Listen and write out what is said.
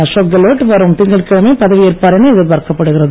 அசோக் கெலோட் வரும் திங்கட்கிழமை பதவி ஏற்பார் என எதிர்பார்க்கப் படுகிறது